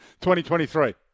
2023